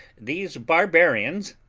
these barbarians,